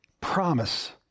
promise